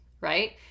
right